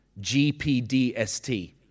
GPDST